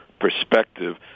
perspective